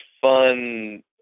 fun